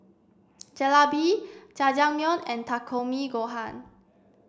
Jalebi Jajangmyeon and Takikomi Gohan